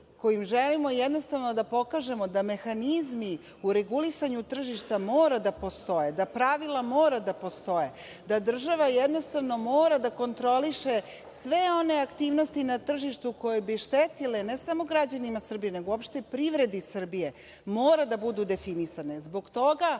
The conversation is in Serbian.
kojim želimo jednostavno da pokažemo da mehanizmi u regulisanju tržišta mora da postoje, da pravila mora da postoje, da država jednostavno mora da kontroliše sve one aktivnosti na tržištu koje bi štetile ne samo građanima Srbije nego uopšte privredi Srbije, mora da budu definisane. Zbog toga